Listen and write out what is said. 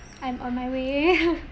I'm on my way